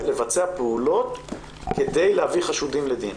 לבצע פעולות כדי להביא חשודים לדין.